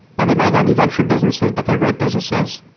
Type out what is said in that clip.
now they might not be venture businesses, but they're great businesses,